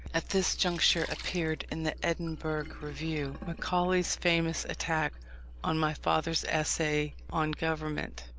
at this juncture appeared in the edinburgh review, macaulay's famous attack on my father's essay on government.